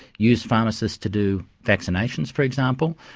use pharmacists to do vaccinations, for example.